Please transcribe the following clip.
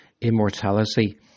immortality